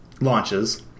launches